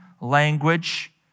language